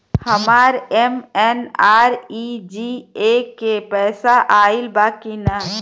हमार एम.एन.आर.ई.जी.ए के पैसा आइल बा कि ना?